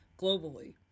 globally